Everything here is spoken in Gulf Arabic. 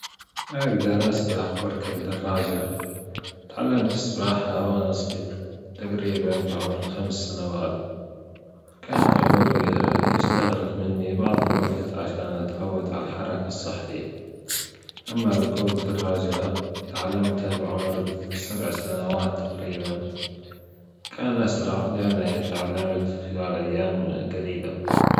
أـجدر أسبح وأركب الدراجة أتعلمت السباحة أنا صغير تجريبًا بعمر الخمس سنوات كانت الأمور يستغرق مني بعض الوجت عشان أتعود على الحركة الصحيحة أما ركوب الدراجة تعلمتها بعمر السبع سنوات تقريبا كان أسرع لأني أتعلمت خلال أيام جليلة.